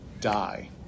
die